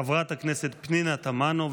חברת הכנסת פנינה תמנו.